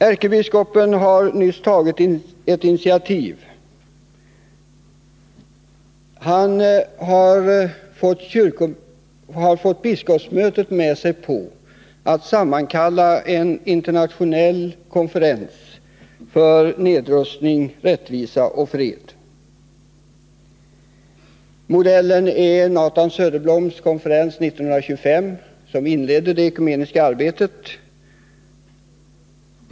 Ärkebiskopen har nyligen tagit ett initiativ. Han har fått biskopsmötet med sig på att sammankalla en internationell konferens för nedrustning, rättvisa och fred. Modellen är Nathan Söderbloms konferens 1925, som inledde det ekumeniska arbetet.